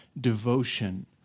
devotion